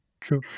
True